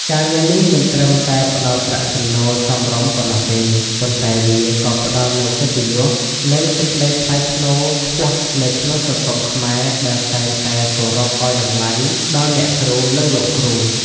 ការងារនេះមិនត្រឹមតែផ្តល់ប្រាក់ចំណូលសមរម្យប៉ុណ្ណោះទេ ប៉ុន្តែវាក៏ផ្តល់នូវកិត្តិយស និងសេចក្តីថ្លៃថ្នូរខ្ពស់នៅក្នុងសង្គមខ្មែរដែលតែងតែគោរពឱ្យតម្លៃដល់អ្នកគ្រូ និងលោកគ្រូ។